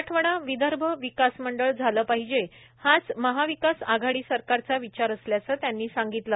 मराठवाडा विदर्भ विकास मंडळ झालं पाहिजे हाच महाविकास आघाडी सरकारचा विचार असल्याचं त्यांनी सांगितलं